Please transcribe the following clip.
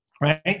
Right